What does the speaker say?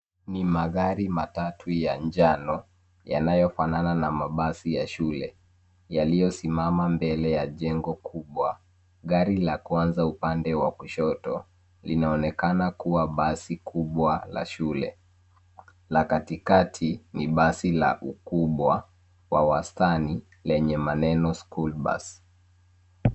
Ni magari matatu ya njano yanayofanana na mabasi ya shule, yaliyosimama mbele ya jengo kubwa. Gari la kwanza upande wa kushoto linaonekana kuwa basi kubwa la shule, la katikati ni basi la ukubwa wa wastani lenye maneno school bus .